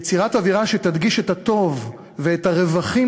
יצירת אווירה שתדגיש את הטוב ואת הרווחים